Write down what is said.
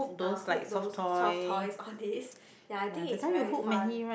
uh hook those soft toys all these ya I think is very fun